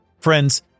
Friends